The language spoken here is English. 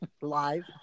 live